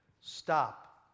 Stop